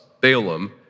Balaam